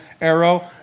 arrow